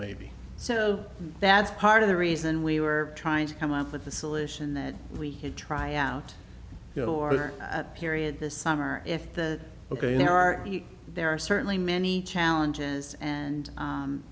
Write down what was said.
maybe so that's part of the reason we were trying to come up with a solution that we could try out your period this summer if the ok are you there are certainly many challenges and